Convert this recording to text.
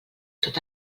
tot